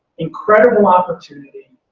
incredible opportunity,